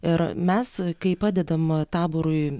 ir mes kai padedam taborui